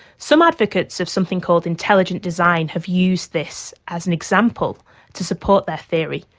some advocates of something called intelligent design have used this as an example to support their theory.